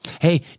Hey